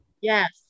Yes